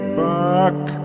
back